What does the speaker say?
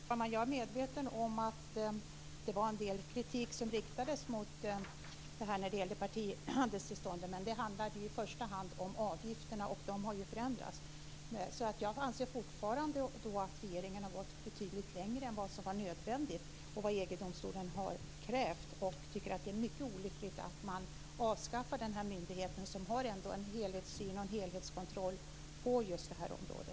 Fru talman! Jag är medveten om att det riktades en del kritik mot partihandelstillståndet, men den handlade i första hand om avgifterna och de har ju förändrats. Jag anser fortfarande att regeringen har gått betydligt längre än vad som var nödvändigt och än vad EG-domstolen krävde. Det är mycket olyckligt att man avskaffar denna myndighet som har en helhetssyn och utför en helhetskontroll på detta område.